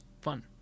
fun